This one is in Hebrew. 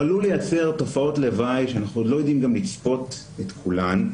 אבל הוא עלול לייצר תופעות לוואי שאנחנו לא יודעים גם לצפות את כולן.